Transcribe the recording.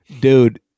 dude